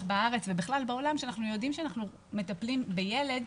בארץ ובכלל בעולם שאנחנו יודעים שאנחנו מטפלים בילד.